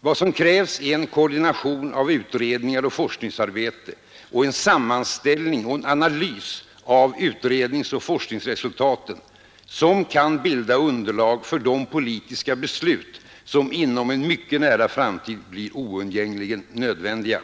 Vad som krävs är en koordination av utredningar och forskningsarbete och en sammanställning och en analys av utredningsoch forskningsresultaten som kan bilda underlag för de politiska beslut som inom en mycket nära framtid blir oundgängligen nödvändiga.